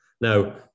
Now